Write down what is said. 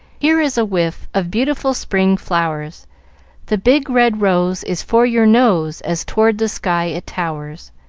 here is a whiff of beautiful spring flowers the big red rose is for your nose, as toward the sky it towers.